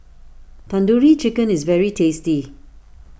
Tandoori Chicken is very tasty